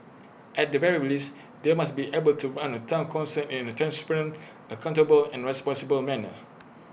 at the very least they must be able to run A Town Council in A transparent accountable and responsible manner